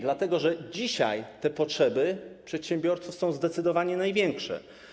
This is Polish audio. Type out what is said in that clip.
Dlatego że dzisiaj potrzeby przedsiębiorców są zdecydowanie największe.